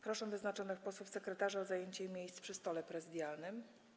Proszę wyznaczonych posłów sekretarzy o zajęcie miejsc przy stole prezydialnym.